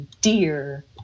dear